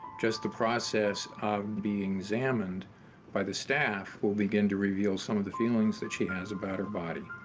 just the process of being examined by the staff will begin to reveal some of the feelings that she has about her body.